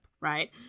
right